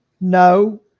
No